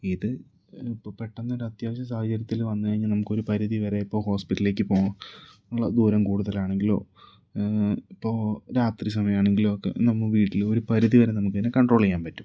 ഇത് ഇപ്പം പെട്ടെന്നൊരു അത്യാവശ്യ സാഹചര്യത്തില് വന്ന് കഴിഞ്ഞാൽ നമുക്കൊരു പരിധിവരെ ഇപ്പോൾ ഹോസ്പിറ്റലിലേക്ക് പോ ഉള്ള ദൂരം കൂടുതലാണെങ്കിലോ ഇപ്പോൾ രാത്രി സമയമാണെങ്കിലൊ ഒക്കെ നമ്മൾ വീട്ടില് ഒരു പരിധിവരെ നമുക്ക് അതിനെ കൺട്രോൽ ചെയ്യാൻ പറ്റും